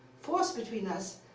force between us?